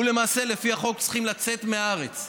ולפי החוק הם צריכים לצאת מהארץ.